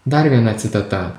dar viena citata